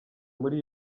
muri